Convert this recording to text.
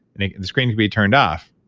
and the screen would be turned off